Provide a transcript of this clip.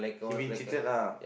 he mean cheated lah